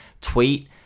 tweet